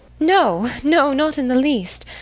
no, no, not in the least.